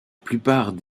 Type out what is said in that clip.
plupart